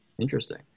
Interesting